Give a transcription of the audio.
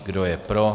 Kdo je pro?